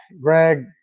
Greg